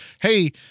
hey